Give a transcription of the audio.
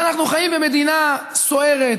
אנחנו חיים במדינה סוערת,